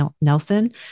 Nelson